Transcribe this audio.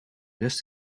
does